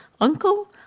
Uncle